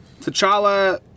T'Challa